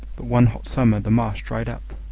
but one hot summer the marsh dried up,